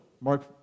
Mark